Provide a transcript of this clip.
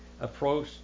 approach